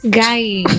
guys